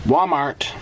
Walmart